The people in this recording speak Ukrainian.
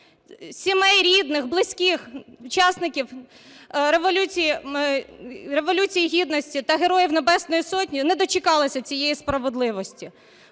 сімей рідних, близьких учасників Революції Гідності та Героїв Небесної Сотні не дочекалися цієї справедливості.